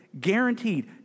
guaranteed